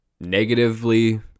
negatively